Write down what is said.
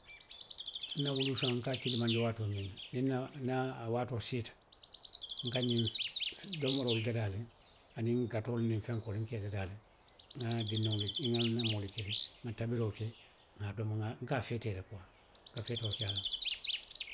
Nwuluufeŋ n ka a kidimandi waatoo miŋ na, niŋ nna, niŋ a waatoo siita, nka ňiŋ domoroolu dadaa le, aniŋ gatoolu niŋ fenkoolu, nka i dadaa le, nŋa nna moolu kili, nŋa tabiroo ke nŋa domo, nka a feetee kuwa, nka feetoo le ke a la.